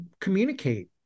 communicate